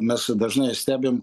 mes dažnai stebim